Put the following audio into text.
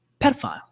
pedophile